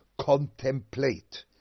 Contemplate